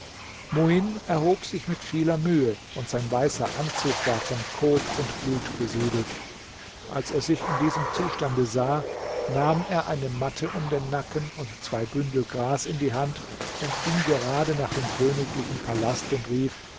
muin erhob sich mit vieler mühe und sein weißer anzug war von kot und blut besudelt als er sich in diesem zustande sah nahm er eine matte um den nacken und zwei bündel gras in die hand und ging gerade nach dem königlichen palast und rief